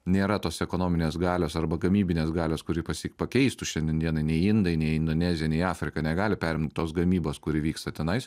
nėra tos ekonominės galios arba gamybinės galios kuri pasik pakeistų šiandien dienai nei indai nei indonezija nei afrika negali perimt tos gamybos kuri vyksta tenais